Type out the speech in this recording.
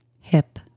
hip